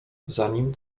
zanim